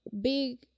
big